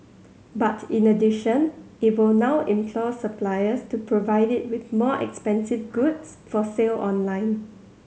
but in addition it will now implore suppliers to provide it with more expensive goods for sale online